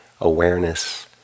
awareness